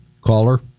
Caller